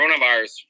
coronavirus